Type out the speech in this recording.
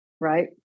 right